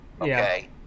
Okay